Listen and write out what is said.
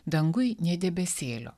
danguj nė debesėlio